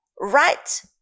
right